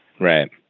Right